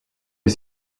est